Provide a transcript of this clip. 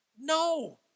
No